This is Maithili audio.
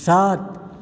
सात